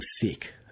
thick